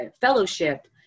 fellowship